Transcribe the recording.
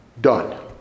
done